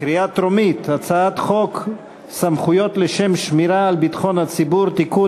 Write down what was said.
בקריאה טרומית על הצעת חוק סמכויות לשם שמירה על ביטחון הציבור (תיקון,